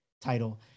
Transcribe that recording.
title